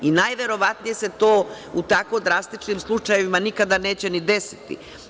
Najverovatnije se to u tako drastičnim slučajevima nikada neće ni desiti.